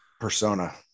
persona